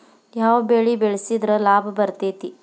ಯಾವ ಬೆಳಿ ಬೆಳ್ಸಿದ್ರ ಲಾಭ ಬರತೇತಿ?